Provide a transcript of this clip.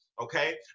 okay